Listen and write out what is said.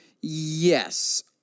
Yes